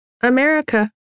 America